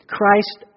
Christ